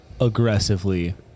aggressively